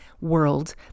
world